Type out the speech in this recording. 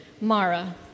Mara